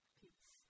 peace